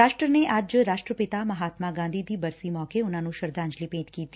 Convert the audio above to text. ਰਾਸ਼ਟਰ ਨੇ ਅੱਜ ਰਾਸ਼ਟਰਪਿਤਾ ਮਹਾਤਮਾ ਗਾਂਧੀ ਦੀ ਬਰਸੀ ਮੌਕੇ ਉਨ੍ਹਾਂ ਨੂੰ ਸ਼ਰਧਾਂਜਲੀ ਭੇਟ ਕੀਤੀ